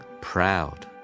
proud